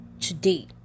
today